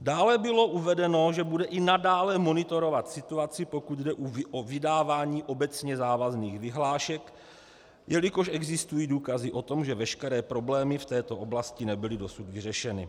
Dále bylo uvedeno, že bude i nadále monitorovat situaci, pokud jde o vydávání obecně závazných vyhlášek, jelikož existují důkazy o tom, že veškeré problémy v této oblasti nebyly dosud vyřešeny.